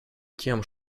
тем